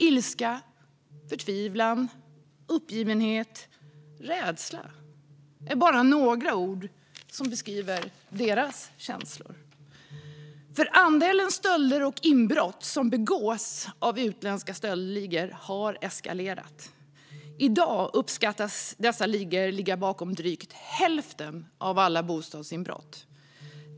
Ilska, förtvivlan, uppgivenhet och rädsla är bara några ord som beskriver deras känslor. Andelen stölder och inbrott som begås av utländska stöldligor har eskalerat. I dag uppskattas dessa ligor ligga bakom drygt hälften av alla bostadsinbrott.